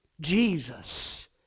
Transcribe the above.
Jesus